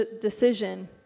decision